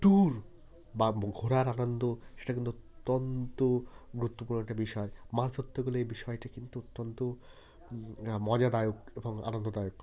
tour বা ঘোরার আনন্দ সেটা কিন্তু অত্যন্ত গুরুত্বপূর্ণ একটি বিষয় মাছ ধরতে গেলে এই বিষয়টি কিন্তু অত্যন্ত মজাদায়ক এবং আনন্দদায়ক